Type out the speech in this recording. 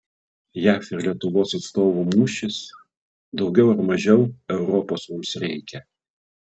jav ir lietuvos atstovų mūšis daugiau ar mažiau europos mums reikia